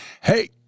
Hey